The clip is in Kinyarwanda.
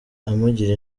amugira